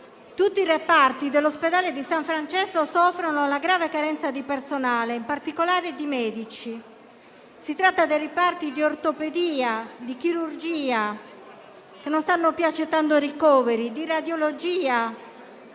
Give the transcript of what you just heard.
Tutti i reparti dell'ospedale di San Francesco soffrono la grave carenza di personale, in particolare di medici. Si tratta dei reparti di ortopedia e di chirurgia, che non stanno più accettando ricoveri, di radiologia,